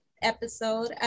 episode